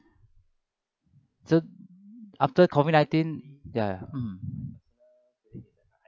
so after COVID nineteen ya mm